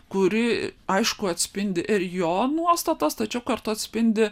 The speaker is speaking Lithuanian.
kuri aišku atspindi ir jo nuostatas tačiau kartu atspindi